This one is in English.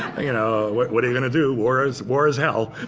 you know, what what are you going to do? war is war is hell.